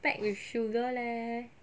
packed with sugar leh